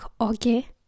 okay